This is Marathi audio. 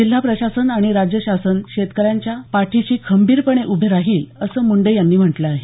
जिल्हा प्रशासन आणि राज्य शासन शेतकऱ्यांच्या पाठीशी खंबीरपणे उभे राहील असं मुंडे यांनी म्हटलं आहे